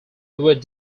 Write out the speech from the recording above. would